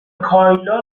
کایلا